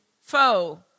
foe